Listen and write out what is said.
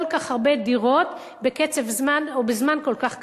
כך הרבה דירות בקצב או בזמן כל כך קצר.